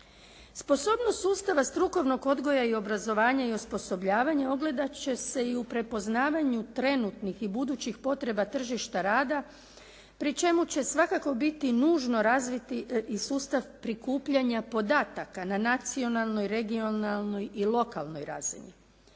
Sposobnost sustava strukovnog odgoja i obrazovanja i osposobljavanja ogledat će se i u prepoznavanju trenutnih i budućih potreba tržišta rada pri čemu će svakako biti nužno razviti i sustav prikupljanja podataka na nacionalnoj, regionalnoj i lokalnoj razini.